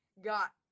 got